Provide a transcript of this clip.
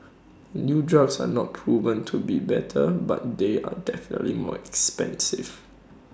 and new drugs are not proven to be better but they are definitely more expensive